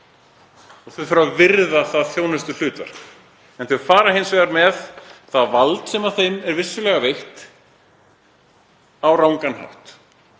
og þau þurfa að virða það þjónustuhlutverk. En þau fara hins vegar með það vald, sem þeim er vissulega veitt, á rangan hátt,